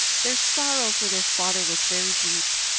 their sorrow for their father was very deep,